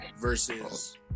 versus